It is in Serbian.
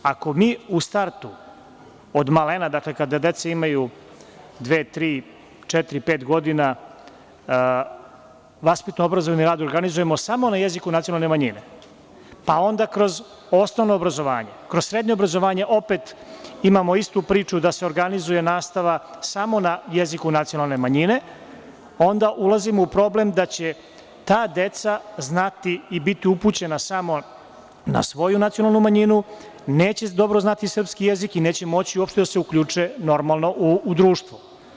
Ako mi u startu, od malena, dakle, kada deca imaju dve, tri, četiri ili pet godina, vaspitno-obrazovni rad organizujemo samo na jeziku nacionalne manjine, pa onda kroz osnovno obrazovanje, kroz srednje obrazovanje opet imamo istu priču da se organizuje nastava samo na jeziku nacionalne manjine, onda ulazimo u problem da će ta deca znati i biti upućena samo na svoju nacionalnu manjinu, neće dobro znati srpski jezik i neće moći uopšte da se uključe normalno u društvo.